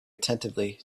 attentively